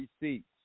receipts